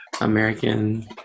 American